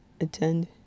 attend